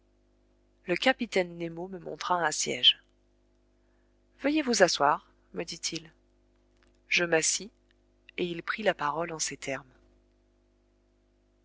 le capitaine nemo me montra un siège veuillez vous asseoir me dit-il je m'assis et il prit la parole en ces termes